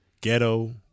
Ghetto